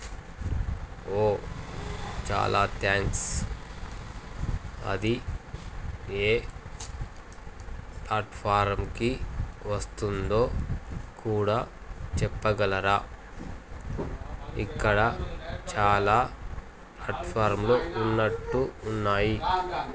ఓ చాలా థ్యాంక్స్ అది ఏ ప్లాట్ఫారంకి వస్తుందో కూడా చెప్పగలరా ఇక్కడ చాలా ప్లాట్ఫారంలు ఉన్నట్టు ఉన్నాయి